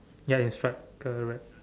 ya in stripe correct